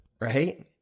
right